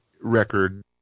record